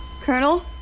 Colonel